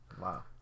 Wow